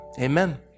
amen